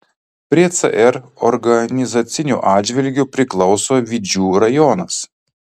prie cr organizaciniu atžvilgiu priklauso vidžių rajonas